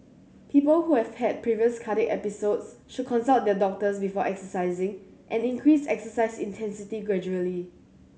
people who have had previous cardiac episodes should consult their doctors before exercising and increase exercise intensity gradually